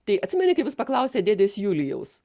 tai atsimeni kaip jis paklausė dėdės julijaus